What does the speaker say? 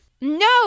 No